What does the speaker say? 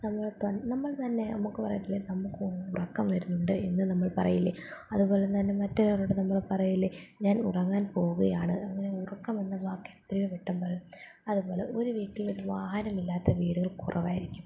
നമ്മൾ നമ്മൾ തന്നെ നമുക്ക് പറയത്തില്ലേ നമുക്ക് ഉറക്കം വരുന്നുണ്ട് എന്ന് നമ്മൾ പറയില്ലേ അതുപോലെത്തന്നെ മറ്റൊരാളോട് നമ്മൾ പറയില്ലേ ഞാൻ ഉറങ്ങാൻ പോവുകയാണ് അങ്ങനെ ഉറക്കം എന്ന വാക്ക് എത്രയോ വട്ടം പറയും അതുപോലെ ഒരു വീട്ടിലൊരു വാഹനമില്ലാത്ത വീടുകൾ കുറവായിരിക്കും